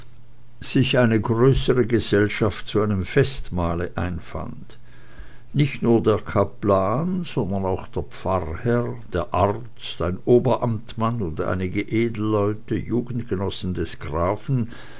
sich eine größere gesellschaft zu einem festmahle einfand nicht nur der kaplan sondern auch der pfarrherr der arzt ein oberamtmann und einige edelleute jugendgenossen des grafen